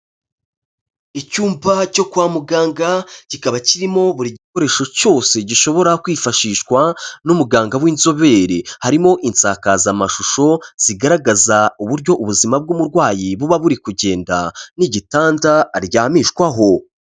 Icyumba cyo kwa muganga, kikaba kirimo buri gikoresho cyose gishobora kwifashishwa n'umuganga w'inzobere, harimo insakazamashusho zigaragaza uburyo ubuzima bw'umurwayi buba buri kugenda n'igitanda aryamishwaho.